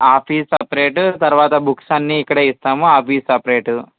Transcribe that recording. ఆ fee separate తర్వాత books అన్ని ఇక్కడే ఇస్తాము ఆ ఫీజ్ సపరేటు